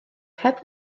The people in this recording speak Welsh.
heb